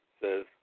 says